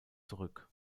zurück